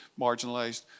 marginalized